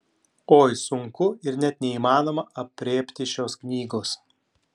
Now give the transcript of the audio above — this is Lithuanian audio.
oi sunku ir net neįmanoma aprėpti šios knygos